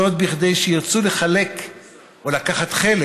זאת כדי שירצו לקחת חלק